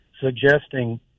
suggesting